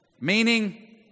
meaning